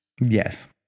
Yes